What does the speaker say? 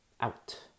Out